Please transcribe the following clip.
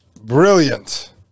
brilliant